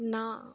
ਨਾ